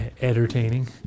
entertaining